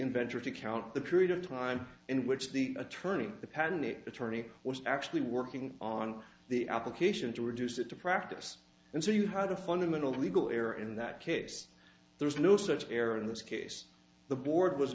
inventor to count the period of time in which the attorney the patent attorney was actually working on the application to reduce it to practice and so you had a fundamental legal error in that case there was no such error in this case the board was